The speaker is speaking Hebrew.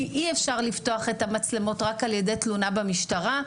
כי אי-אפשר לפתוח את המצלמות רק על-ידי תלונה במשטרה.